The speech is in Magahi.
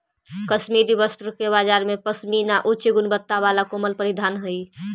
कश्मीरी वस्त्र के बाजार में पशमीना उच्च गुणवत्ता वाला कोमल परिधान हइ